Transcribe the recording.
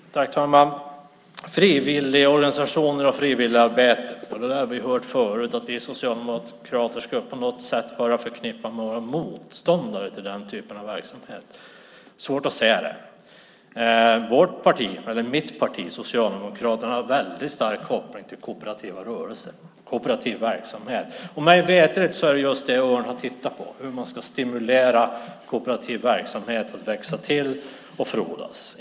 Herr talman! När det gäller frivilligorganisationer och frivilligarbete har vi hört detta förut, att vi socialdemokrater på något sätt skulle vara förknippade med att vara motståndare till den typen av verksamhet. Jag har svårt att se det. Mitt parti, Socialdemokraterna, har en väldigt stark koppling till kooperativa rörelser, kooperativ verksamhet. Mig veterligt är det just det som Örn har tittat på, hur man ska stimulera kooperativ verksamhet, så att den växer till och frodas.